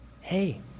Hey